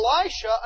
Elisha